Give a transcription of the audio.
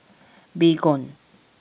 Baygon